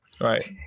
Right